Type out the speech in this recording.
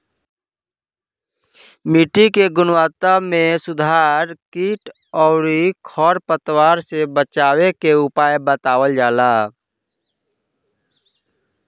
मिट्टी के गुणवत्ता में सुधार कीट अउरी खर पतवार से बचावे के उपाय बतावल जाला